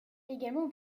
également